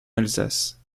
alsace